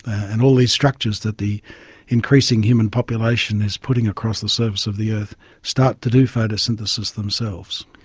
and all these structures that the increasing human population is putting across the surface of the earth start to do photosynthesis themselves.